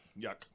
Yuck